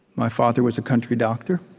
my father was a country doctor,